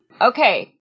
Okay